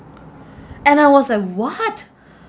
and I was like what